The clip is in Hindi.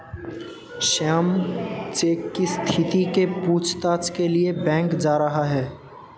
श्याम चेक की स्थिति के पूछताछ के लिए बैंक जा रहा है